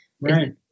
right